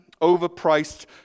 overpriced